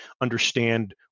understand